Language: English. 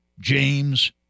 james